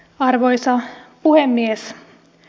arvoisa puhemies